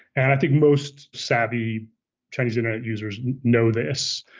and i think most savvy chinese internet users know this.